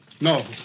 No